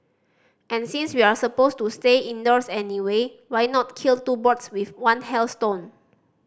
and since we're supposed to stay indoors anyway why not kill two birds with one hailstone